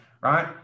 right